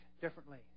differently